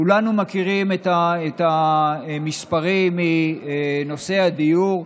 כולנו מכירים את המספרים בנושא הדיור.